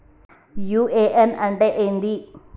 UAN అంటే ఏంది?